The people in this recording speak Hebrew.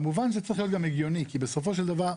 כמובן זה צריך להיות גם הגיוני, כי בסופו של דבר,